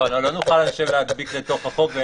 לא נוכל להדביק לתוך החוק.